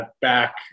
back